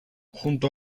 junto